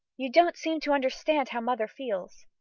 you don't seem to understand how mother feels.